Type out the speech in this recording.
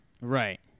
Right